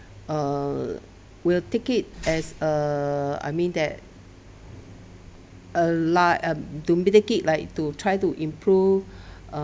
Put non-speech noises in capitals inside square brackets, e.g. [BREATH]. err will take it as uh I mean that uh like to mitigate like to try to improve [BREATH] uh